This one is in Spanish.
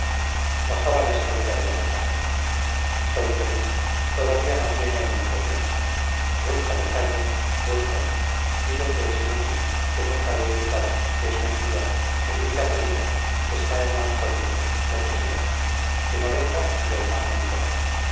bajaba la escalera del alcázar soy feliz todavía no viene en mucho tiempo búscale jaime búscale dile que es inútil que nunca le he citado que es mentira que su vida peligra que está hernán conmigo lo que quieras que no venga y lo demás no importa